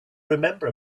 remember